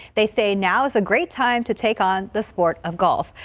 they say now is a great time to take on the sport of golf.